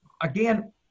again